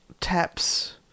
taps